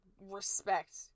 respect